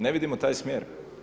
Ne vidimo taj smjer.